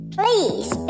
please